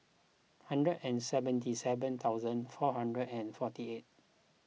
hundred and seventy seven thousand four hundred and forty eight